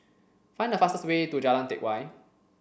find the fastest way to Jalan Teck Whye